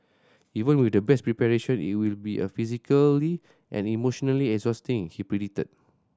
even with the best preparation it will be a physically and emotionally exhausting he predicted